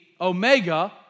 omega